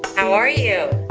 how are you?